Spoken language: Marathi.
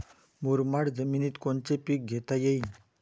मुरमाड जमिनीत कोनचे पीकं घेता येईन?